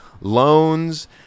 loans